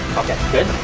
okay, good,